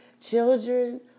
Children